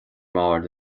mbord